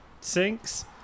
sinks